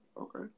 Okay